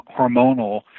hormonal